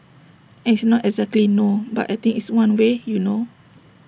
and it's not exactly no but I think it's one way you know